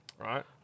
Right